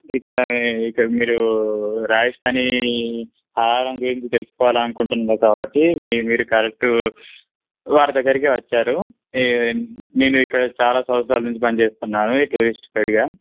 ఇక్కడ ఇక్కడ మీరు రాజస్థానీ ఆహారం గురించి తెలుసుకోవాలనుకుంటున్నారు కాబట్టి మీ మీరు కరెక్ట్ వారి దగ్గరికే వచ్చారు నేను ఇక్కడ చాలా సంవత్సరాల నుంచి పనిచేస్తున్నాను ఈ టూరిస్ట్ గైడ్గా